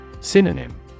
Synonym